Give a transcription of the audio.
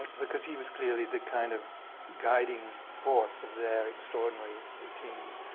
because he was clearly the kind of guiding force of their extraordinary routines.